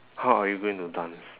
how are you going to dance